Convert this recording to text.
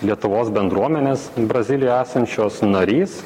lietuvos bendruomenės brazilijoje esančios narys